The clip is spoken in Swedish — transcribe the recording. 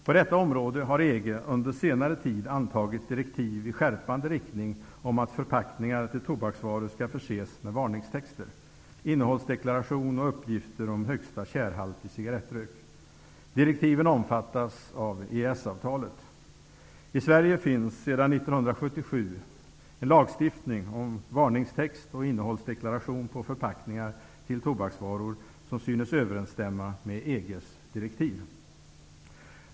På detta område har EG under senare tid antagit direktiv i skärpande riktning om att förpackningar till tobaksvaror skall förses med varningstexter, innehållsdeklaration och uppgifter om högsta tjärhalt i cigarettrök. Direktiven omfattas av EES avtalet. I Sverige finns det sedan 1977 en lagstiftning om varningstext och innehållsdeklaration på förpackningar till tobaksvaror, som synes överensstämma med EG:s direktiv.